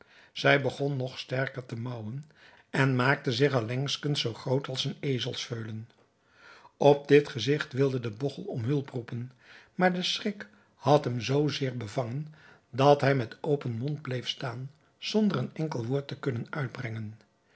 zij begon nog sterker te maauwen en maakte zich allengskens zoo groot als een ezelsveulen op dit gezigt wilde de bogchel om hulp roepen maar de schrik had hem zoo zeer bevangen dat hij met open mond bleef staan zonder een enkel woord te kunnen uitbrengen